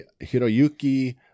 Hiroyuki